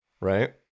right